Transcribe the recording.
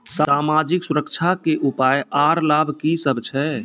समाजिक सुरक्षा के उपाय आर लाभ की सभ छै?